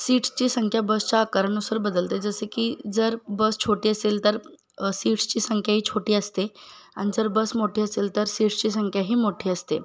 सीट्सची संख्या बसच्या आकारानुसार बदलते जसे की जर बस छोटी असेल तर सीट्सची संख्या ही छोटी असते आनी जर बस मोठी असेल तर सीट्सची संख्या ही मोठी असते